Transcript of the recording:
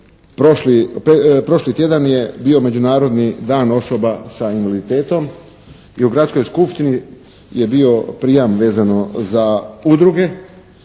prošli tjedan je bio Međunarodni dan osoba sa invaliditetom i u Gradskoj skupštini je bio prijam vezano za udruge